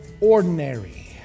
ordinary